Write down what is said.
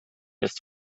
ist